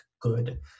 good